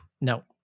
No